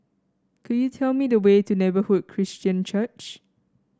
could you tell me the way to Neighbourhood Christian Church